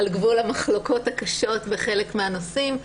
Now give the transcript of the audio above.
על גבול המחלוקות הקשות בחלק מן הנושאים.